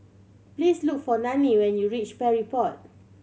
please look for Nannie when you reach Parry Road